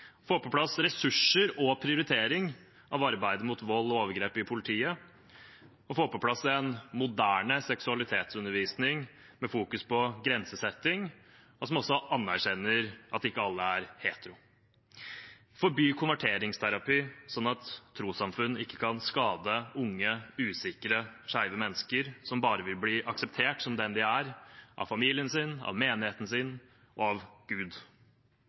få på plass ressurser og prioritering av arbeidet mot vold og overgrep i politiet, få på plass en moderne seksualitetsundervisning med fokus på grensesetting og som også anerkjenner at ikke alle er hetero, forby konverteringsterapi, sånn at trossamfunn ikke kan skade unge, usikre skeive mennesker som bare vil bli akseptert som den de er av familien sin, av menigheten sin og av gud.